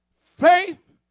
Faith